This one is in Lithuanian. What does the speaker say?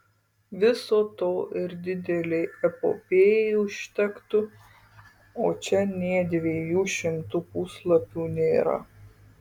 viso to ir didelei epopėjai užtektų o čia nė dviejų šimtų puslapių nėra